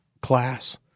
class